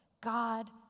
God